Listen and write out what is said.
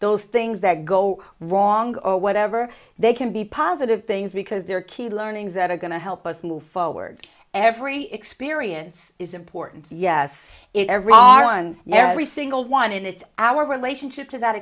those things that go wrong or whatever they can be positive things because there are key learnings that are going to help us move forward every experience is important yes it every our on every single one and it's our relationship to that